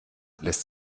lässt